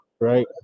right